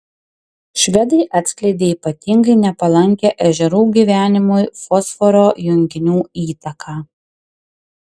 švedai atskleidė ypatingai nepalankią ežerų gyvenimui fosforo junginių įtaką